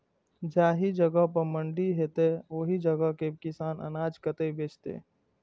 जाहि जगह पर मंडी हैते आ ओहि जगह के किसान अनाज कतय बेचते?